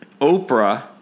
Oprah